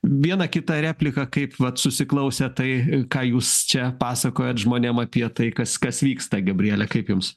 vieną kitą repliką kaip vat susiklausę tai ką jūs čia pasakojate žmonėms apie tai kas kas vyksta gabrielė kaip jums